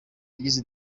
agize